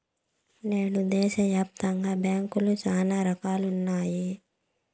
నేడు దేశాయాప్తంగా బ్యాంకులు శానా రకాలుగా ఉన్నాయి